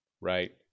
right